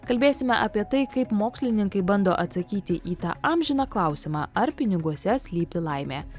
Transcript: kalbėsime apie tai kaip mokslininkai bando atsakyti į tą amžiną klausimą ar piniguose slypi laimė